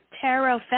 tarot